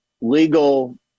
legal